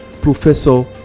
professor